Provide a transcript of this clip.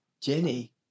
jenny